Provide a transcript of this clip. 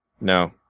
no